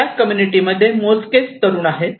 त्या कम्युनिटी मध्ये मोजकेच तरुण लोक आहेत